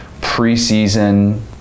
preseason